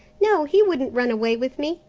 no, he wouldn't run away with me,